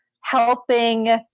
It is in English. helping